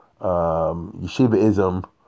yeshivaism